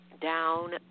Down